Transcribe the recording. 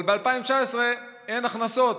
אבל ב-2019 אין הכנסות.